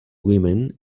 women